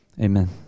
amen